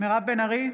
מירב בן ארי,